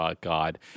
God